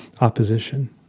opposition